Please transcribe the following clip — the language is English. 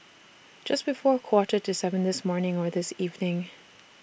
Just before A Quarter to seven This morning Or This evening